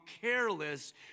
careless